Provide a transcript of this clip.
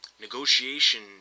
negotiation